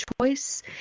choice